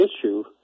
issue